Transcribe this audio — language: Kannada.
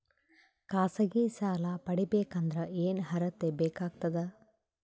ಖಾಸಗಿ ಸಾಲ ಪಡಿಬೇಕಂದರ ಏನ್ ಅರ್ಹತಿ ಬೇಕಾಗತದ?